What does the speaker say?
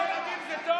להרעיב ילדים זה טוב?